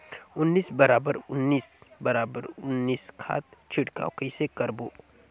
उन्नीस बराबर उन्नीस बराबर उन्नीस खाद छिड़काव कइसे करबो?